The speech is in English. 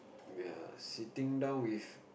ya sitting down with